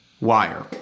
wire